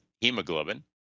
hemoglobin